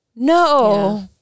No